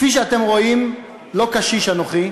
כפי שאתם רואים, לא קשיש אנוכי,